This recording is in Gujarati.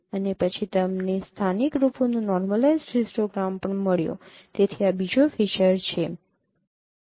અને પછી તમને સ્થાનિક રૂપોનું નૉર્મલાઇઝ્ડ હિસ્ટોગ્રામ પણ મળ્યો તેથી આ બીજો ફીચર છે